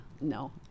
no